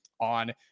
on